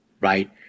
right